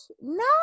No